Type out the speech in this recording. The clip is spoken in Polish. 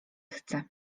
chce